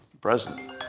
president